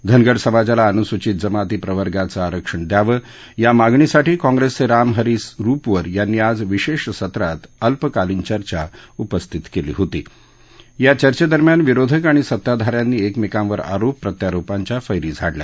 धनगर समाजाला अन्सूचित जमाती प्रवर्गाचं आरक्षण द्यावं या मागणीसाठी काँग्रेसचे रामहरी रूपवर यांनी आज विशेष सत्रात अल्पकालीन चर्चा उपस्थित केली होती या चर्चेदरम्यान विरोधक आणि सताधाऱ्यांनी एकमेकांवर आरोप प्रत्यारोपांच्या फैरी झाडल्या